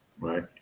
right